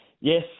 Yes